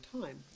time